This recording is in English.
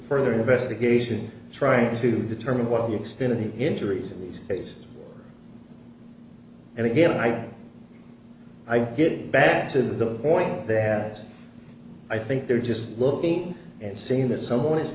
further investigation trying to determine what the extent of the injuries in these cases and again i i get back to the point that i think they're just looking and saying that someone is